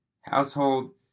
household